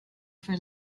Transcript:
for